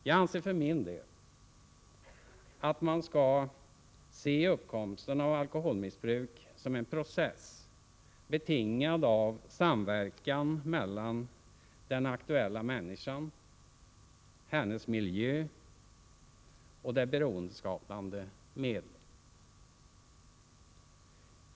Jag anser för min del att man skall se uppkomsten av alkoholmissbruk som en process betingad av en samverkan mellan den aktuella människan, hennes miljö och det beroendeskapande medlet.